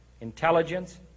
intelligence